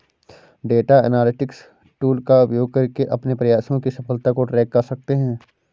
data analytics tool का उपयोग करके अपने प्रयासों की सफलता को ट्रैक कर सकते है